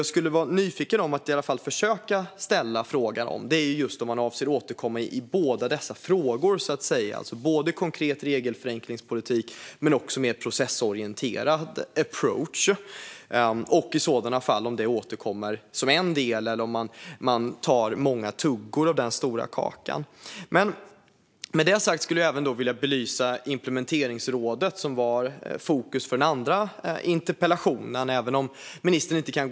Jag är nyfiken på om man avser att återkomma i båda frågor, det vill säga både konkreta regelförenklingar och det mer processorienterade? Blir det i så fall samlat, eller avser man att ta många tuggor av denna stora kaka? Låt mig också ta upp det som var fokus för min andra interpellation, nämligen ett implementeringsråd.